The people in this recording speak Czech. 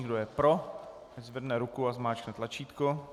Kdo je pro, ať zvedne ruku a zmáčkne tlačítko.